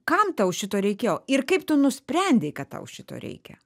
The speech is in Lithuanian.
kam tau šito reikėjo ir kaip tu nusprendei kad tau šito reikia